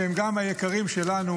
שהם גם היקרים שלנו.